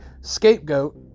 scapegoat